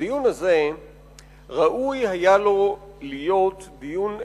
הדיון הזה ראוי היה לו להיות דיון עקרוני,